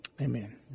Amen